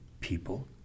people